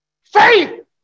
Faith